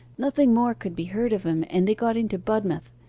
nothing more could be heard of him, and they got into budmouth.